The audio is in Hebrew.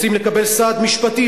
רוצים לקבל סעד משפטי,